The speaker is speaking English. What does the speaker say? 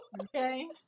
okay